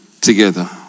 together